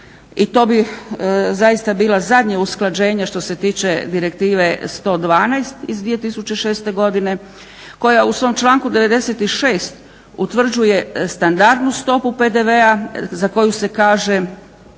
i to bi zaista bila zadnje usklađenje što se tiče Direktive 112 iz 2006. godine koja u svom članku 96. utvrđuje standardnu stopu PDV-a za koju se kaže